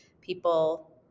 people